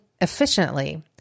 efficiently